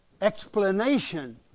explanation